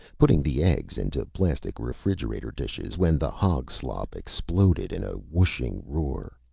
putting the eggs into plastic refrigerator dishes when the hog slop exploded in a whooshing roar,